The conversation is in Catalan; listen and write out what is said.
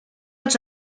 els